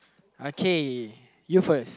okay you first